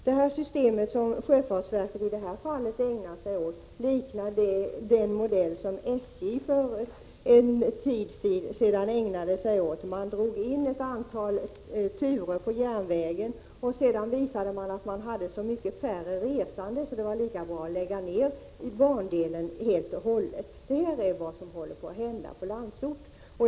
Det system som sjöfartsverket i det här fallet tillämpar liknar den modell som man inom SJ för en tid sedan använde. Man drog in ett antal turer på en viss järnvägssträcka, och sedan hänvisade man till att antalet resande minskat kraftigt och sade att det var lika bra att lägga ned bandelen helt och hållet. Detta är vad som håller på att hända på Landsort.